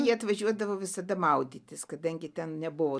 jie atvažiuodavo visada maudytis kadangi ten nebuvo